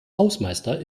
hausmeister